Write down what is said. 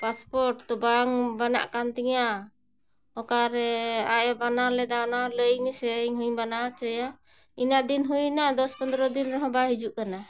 passport ᱛᱚ ᱵᱟᱝ ᱵᱮᱱᱟᱜ ᱠᱟᱱ ᱛᱤᱧᱟᱹ ᱚᱠᱟᱨᱮ ᱟᱡ ᱮ ᱵᱮᱱᱟᱣ ᱞᱮᱫᱟ ᱚᱱᱟ ᱞᱟᱹᱭ ᱢᱮᱥᱮ ᱤᱧ ᱦᱚᱧ ᱵᱮᱱᱟᱣᱟ ᱦᱚᱪᱚᱭᱟ ᱤᱱᱟᱹᱜ ᱫᱤᱱ ᱦᱩᱭᱱᱟ ᱫᱚᱥ ᱯᱚᱱᱫᱨᱚ ᱫᱤᱱ ᱨᱮᱦᱚᱸ ᱵᱟᱭ ᱦᱤᱡᱩᱜ ᱠᱟᱱᱟ